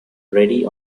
ready